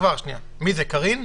מי זה, קארין?